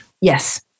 Yes